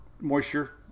moisture